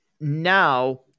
now